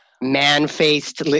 man-faced